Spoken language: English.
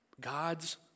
God's